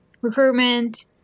recruitment